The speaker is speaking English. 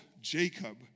Jacob